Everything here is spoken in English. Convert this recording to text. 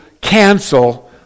cancel